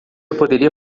poderia